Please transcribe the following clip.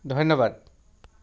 ধন্যবাদ